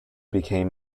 became